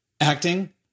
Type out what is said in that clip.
acting